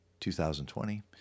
2020